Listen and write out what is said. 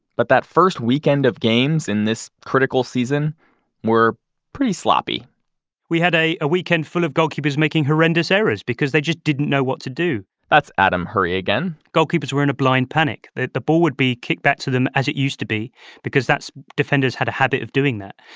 but that first weekend of games in this critical season were pretty sloppy we had a a weekend full of goalkeepers making horrendous errors because they just didn't know what to do that's adam hurrey again goalkeepers were in a blind panic. the ball would be kicked back to them as it used to be because defenders had a habit of doing that.